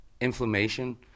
inflammation